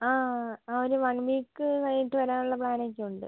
ആ ആ ഒരു വൺ വീക്ക് കഴിഞ്ഞിട്ട് വരാനുള്ള പ്ലാനൊക്കെ ഉണ്ട്